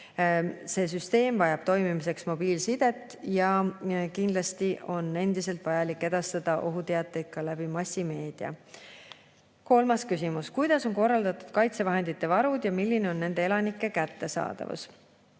See süsteem vajab toimimiseks mobiilsidet. Kindlasti on endiselt vajalik edastada ohuteateid ka massimeedias. Kolmas küsimus: "Kuidas on korraldatud kaitsevahendite varud ja milline on nende elanikele kättesaadavus?"